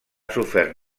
sofert